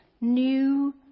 new